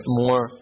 more